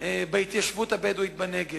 בהתיישבות הבדואית בנגב.